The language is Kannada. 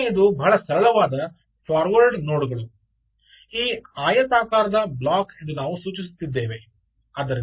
ಮೂರನೆಯದು ಬಹಳ ಸರಳವಾದ ಫಾರ್ವರ್ಡ್ ನೋಡ್ಗಳು ಈ ಆಯತಾಕಾರದ ಬ್ಲಾಕ್ ಎಂದು ನಾವು ಸೂಚಿಸುತ್ತಿದ್ದೇವೆ